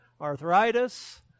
arthritis